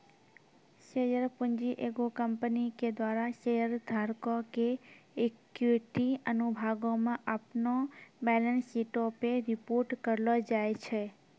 share पूंजी एगो company के द्वारा शेयर धारको के इक्विटी अनुभागो मे अपनो बैलेंस शीटो पे रिपोर्ट करलो जाय छै